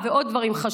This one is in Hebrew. ועל עוד דברים חשובים.